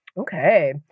Okay